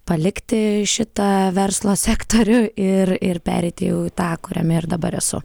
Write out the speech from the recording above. palikti šitą verslo sektorių ir ir pereiti jau į tą kuriame ir dabar esu